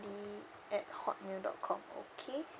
lee at hotmail dot com okay